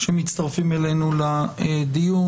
שמצטרפים אלינו לדיון.